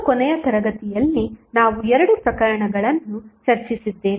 ಈಗ ಕೊನೆಯ ತರಗತಿಯಲ್ಲಿ ನಾವು 2 ಪ್ರಕರಣಗಳನ್ನು ಚರ್ಚಿಸಿದ್ದೇವೆ